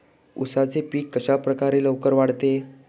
उसाचे पीक कशाप्रकारे लवकर वाढते?